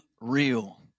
real